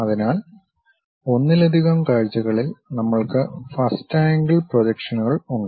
അതിനാൽ ഒന്നിലധികം കാഴ്ചകളിൽ നമ്മൾക്ക് ഫസ്റ്റ് ആംഗിൾ പ്രൊജക്ഷനുകൾ ഉണ്ട്